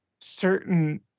certain